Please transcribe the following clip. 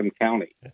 County